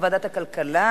לוועדת הכלכלה